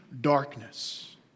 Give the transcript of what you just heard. darkness